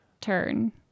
turn